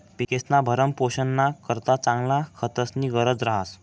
पिकेस्ना भरणपोषणना करता चांगला खतस्नी गरज रहास